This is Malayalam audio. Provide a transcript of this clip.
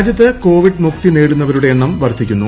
രാജ്യത്ത് കോവിഡ് മുക്തി നേടുന്നവരുടെ എണ്ണം വർധിക്കുന്നു